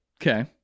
Okay